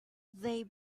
they